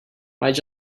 might